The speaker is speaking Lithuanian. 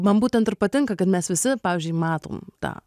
man būtent ir patinka kad mes visi pavyzdžiui matom tą